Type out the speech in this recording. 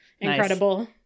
incredible